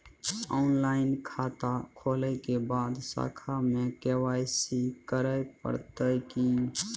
Online खाता खोलै के बाद शाखा में के.वाई.सी करे परतै की?